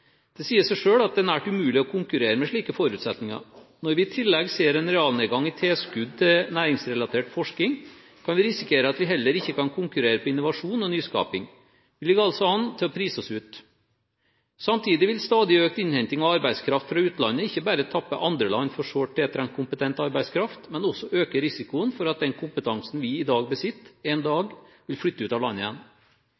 Det sier seg selv at det er nærmest umulig å konkurrere med slike forutsetninger. Når vi i tillegg ser en realnedgang i tilskudd til næringsrelatert forskning, kan vi risikere at vi heller ikke kan konkurrere på innovasjon og nyskapning. Vi ligger altså an til å prise oss ut. Samtidig vil stadig økt innhenting av arbeidskraft fra utlandet ikke bare tappe andre land for sårt tiltrengt kompetent arbeidskraft, men også øke risikoen for at den kompetansen vi i dag besitter, en